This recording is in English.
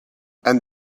and